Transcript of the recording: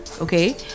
Okay